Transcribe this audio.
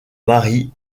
mari